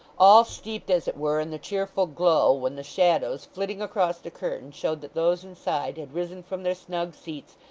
all steeped as it were in the cheerful glow when the shadows, flitting across the curtain, showed that those inside had risen from their snug seats,